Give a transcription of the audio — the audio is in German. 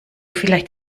vielleicht